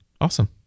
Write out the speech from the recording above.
Awesome